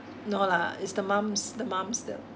no lah it's the mum's the mum's the